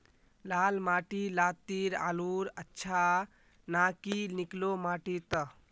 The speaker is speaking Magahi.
लाल माटी लात्तिर आलूर अच्छा ना की निकलो माटी त?